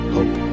Hope